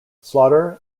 slaughter